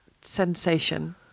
sensation